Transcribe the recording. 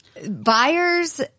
Buyers